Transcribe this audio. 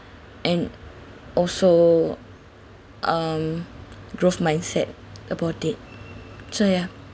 and also um growth mindset about it so ya